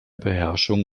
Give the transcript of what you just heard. beherrschung